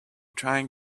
trying